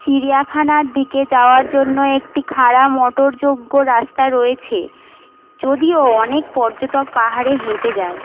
চিড়িয়াখানার দিকে যাওয়ার জন্য একটি খাড়া মোটরযোগ্য রাস্তা রয়েছে যদিও অনেক পর্যটক পাহাড়ে হেঁটে যায়